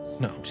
No